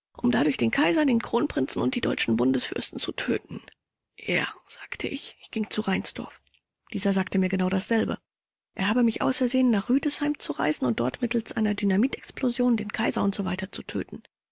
um dadurch den kaiser den kronprinzen und die deutschen bundesfürsten zu töten ja sagte ich ich ging zu reinsdorf dieser sagte mir genau dasselbe er habe mich ausersehen nach rüdesheim zu reisen und dort mittels einer dynamitexplosion den kaiser usw zu töten